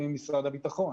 עם משרד הביטחון